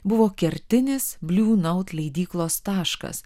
buvo kertinis bliu naut leidyklos taškas